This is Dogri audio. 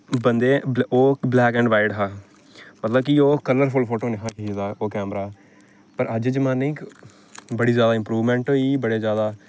बंदे ओह् ब्लैक एण्ड व्हाइट हा पता कि ओह् कलरफुल फोटो निं हा खिच्चदा कैमरा पर अज्ज जमान्ने च बड़ी जैदा इंप्रुवमेंट होई गेई बड़े जैदा